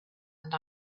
and